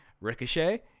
Ricochet